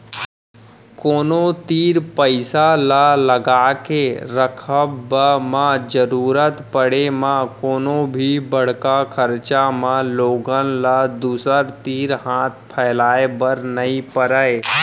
कोनो तीर पइसा ल लगाके रखब म जरुरत पड़े म कोनो भी बड़का खरचा म लोगन ल दूसर तीर हाथ फैलाए बर नइ परय